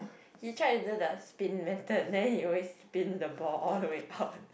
he tried to do the spin method then he always spin the ball all the way out